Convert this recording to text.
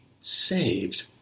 saved